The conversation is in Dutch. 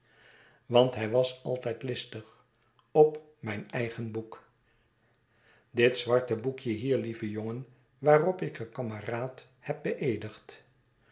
want hij was altijd listig op mijn eigen boek dit zwarte boekje hier lieve jongen waarop ik e kameraad heb beeedigd